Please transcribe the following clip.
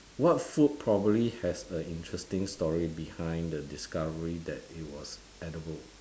what food probably has a interesting story behind the discovery that it was edible